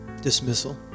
dismissal